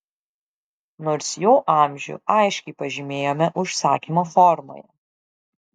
nors jo amžių aiškiai pažymėjome užsakymo formoje